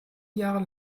jahre